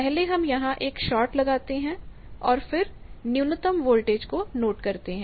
पहले हम यहां एक शॉट लगाते हैं और फिर न्यूनतम वोल्टेज को नोट करते हैं